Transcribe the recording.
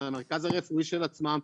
את המרכז הרפואי של עצמם.